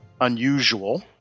unusual